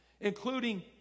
including